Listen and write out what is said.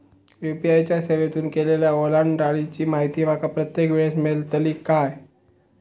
UPI च्या सेवेतून केलेल्या ओलांडाळीची माहिती माका प्रत्येक वेळेस मेलतळी काय?